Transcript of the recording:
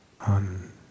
on